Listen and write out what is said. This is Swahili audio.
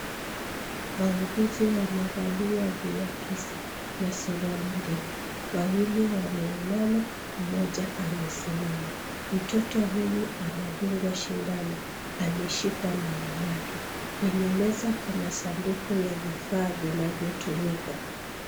Wauguzi wamevalia viakisi na suruali ndefu. Wawili wameinama, mmoja amesimama. Mtoto huyu anadungwa sindano ameshikwa na mamake. Kwenye meza kuna sanduku ya vifaa vinavyotumika.